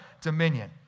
dominion